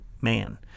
Man